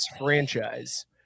franchise